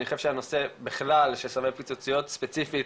אני חושב שהנושא בכלל של סמי פיצוציות, ספציפית